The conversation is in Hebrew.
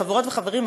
חברות וחברים,